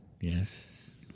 Yes